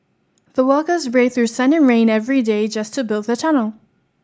the workers braved through sun and rain every day just to build the tunnel